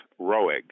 Roeg